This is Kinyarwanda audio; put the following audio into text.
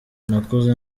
nakuze